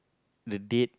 the date